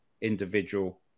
individual